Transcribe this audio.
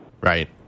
Right